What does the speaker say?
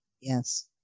yes